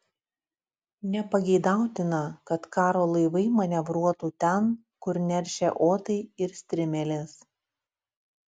nepageidautina kad karo laivai manevruotų ten kur neršia otai ir strimelės